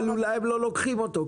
אבל אולי לא לוקחים אותו.